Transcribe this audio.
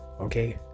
okay